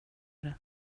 det